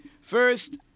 First